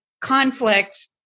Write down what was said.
conflict